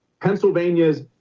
Pennsylvania's